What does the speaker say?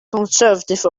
conservative